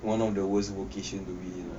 one of the worst vocation to be in ah